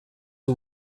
who